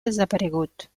desaparegut